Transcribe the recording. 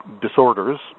disorders